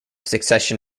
succession